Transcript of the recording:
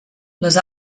les